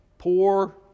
Poor